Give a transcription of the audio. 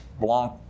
Blanc